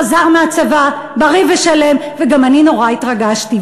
חזר מהצבא בריא ושלם, וגם אני נורא התרגשתי.